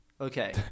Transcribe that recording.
Okay